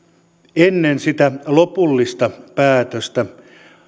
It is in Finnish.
ennen sitä lopullista päätöstä